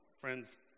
Friends